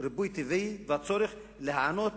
ריבוי טבעי והצורך להיענות